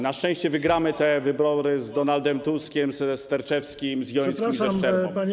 Na szczęście wygramy te wybory z Donaldem Tuskiem, ze Sterczewskim, z Jońskim, ze Szczerbą.